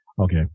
Okay